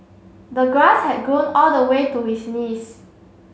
the grass had grown all the way to his knees